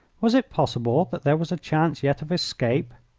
was it possible that there was a chance yet of escape?